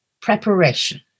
preparation